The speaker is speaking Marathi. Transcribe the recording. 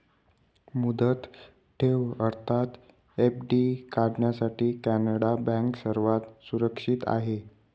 मुदत ठेव अर्थात एफ.डी काढण्यासाठी कॅनडा बँक सर्वात सुरक्षित आहे